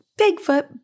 bigfoot